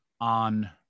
on